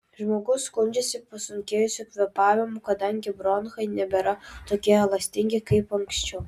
žmogus skundžiasi pasunkėjusiu kvėpavimu kadangi bronchai nebėra tokie elastingi kaip anksčiau